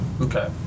Okay